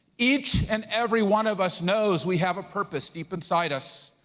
each and every one of us knows we have a purpose deep inside us.